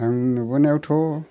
आं नुबोनायावथ'